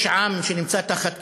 יש עם שנמצא תחת כיבוש,